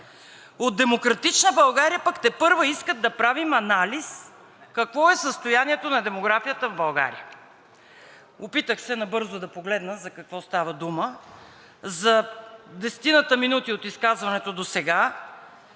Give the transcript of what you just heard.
От „Демократична България“ пък тепърва искат да правим анализ какво е състоянието на демографията в България? Опитах се набързо да погледна за какво става дума – за десетината минути от изказването досега,